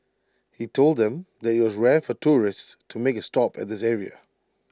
he told them that IT was rare for tourists to make A stop at this area